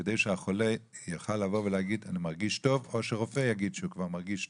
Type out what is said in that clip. כדי שהחולה יוכל לבוא ולהגיד שהוא מרגיש טוב.